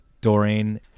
Doreen